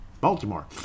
Baltimore